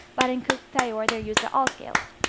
but in kuuk thaayore they're used at all scales.